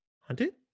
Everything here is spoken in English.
Hunted